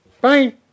Bye